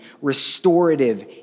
restorative